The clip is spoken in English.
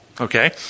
Okay